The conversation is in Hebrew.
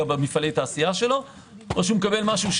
במפעלי תעשייה שלו או אם הוא מקבל משהו,